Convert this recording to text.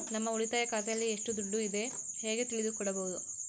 ನಮ್ಮ ಉಳಿತಾಯ ಖಾತೆಯಲ್ಲಿ ಎಷ್ಟು ದುಡ್ಡು ಇದೆ ಹೇಗೆ ತಿಳಿದುಕೊಳ್ಳಬೇಕು?